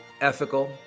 ethical